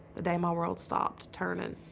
the day my world stopped turning